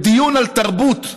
בדיון על תרבות,